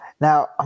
Now